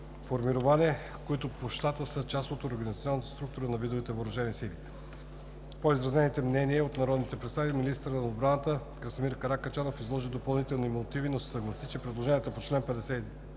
Красимир Каракачанов изложи допълнителни мотиви, но се съгласи, че предложенията по чл. 57